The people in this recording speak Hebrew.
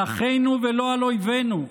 על אחינו ולא על אויבינו.